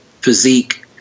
physique